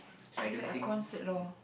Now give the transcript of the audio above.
is that a concert lor